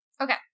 Okay